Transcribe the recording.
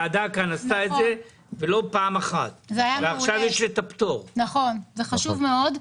נכון, זה חשוב מאוד.